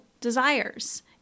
desires